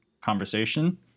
conversation